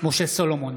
משה סולומון,